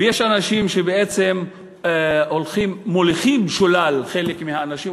ויש אנשים שבעצם מוליכים שולל חלק מהאנשים,